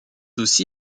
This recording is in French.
aussi